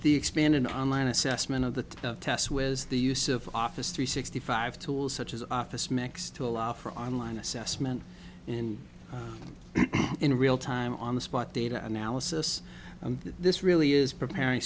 the expanded on line assessment of the tests with the use of office three sixty five tools such as office max to allow for online assessment in in real time on the spot data analysis and this really is preparing